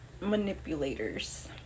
manipulators